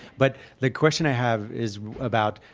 but the question i have is about